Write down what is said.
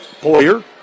Poyer